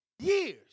Years